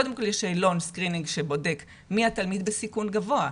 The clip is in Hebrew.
קודם כל יש שאלון שבודק מי התלמיד בסיכון גבוה,